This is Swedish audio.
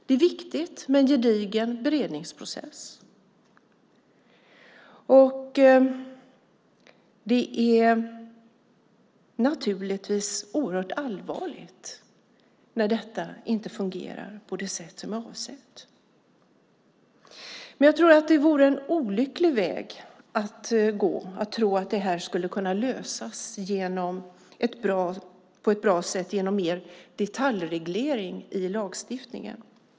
Det är viktigt med en gedigen beredningsprocess, och det är naturligtvis oerhört allvarligt när detta inte fungerar på det sätt som är avsett. Jag tror att det vore en olycklig väg att gå att tro att det här kan lösas på ett bra sätt genom mer detaljreglering i lagstiftningen.